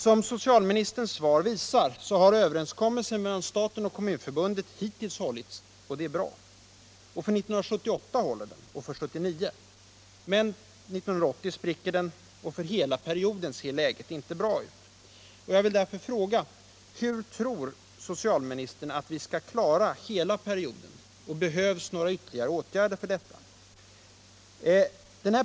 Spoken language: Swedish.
Som socialministerns svar visar, har överenskommelsen mellan staten och Kommunförbundet hittills hållits — och det är bra. För 1978 håller den också liksom för 1979. Men 1980 spricker den. Och för hela perioden ser läget inte bra ut. Jag vill därför fråga: Hur tror socialministern att vi skall klara hela perioden? Behövs det några ytterligare åtgärder?